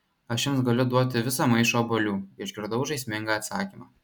aš jums galiu duoti visą maišą obuolių išgirdau žaismingą atsakymą